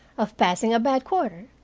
of passing a bad quarter,